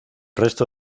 resto